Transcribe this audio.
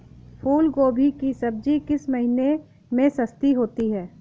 फूल गोभी की सब्जी किस महीने में सस्ती होती है?